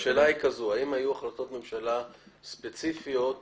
השאלה היא כזו: האם היו החלטות ממשלה ספציפיות שהתייחסו,